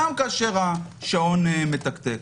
גם כאשר השעון מתקתק.